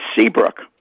Seabrook